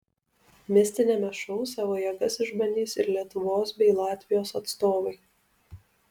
mistiniame šou savo jėgas išbandys ir lietuvos bei latvijos atstovai